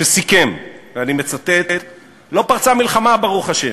שסיכם, ואני מצטט: "לא פרצה מלחמה, ברוך השם.